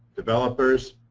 developers,